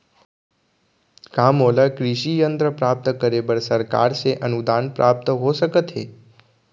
का मोला कृषि यंत्र प्राप्त करे बर सरकार से अनुदान प्राप्त हो सकत हे?